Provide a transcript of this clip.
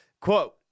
Quote